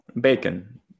Bacon